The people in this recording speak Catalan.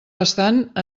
bastant